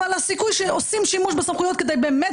אבל הסיכוי שעושים שימוש בסמכויות כדי באמת